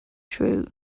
true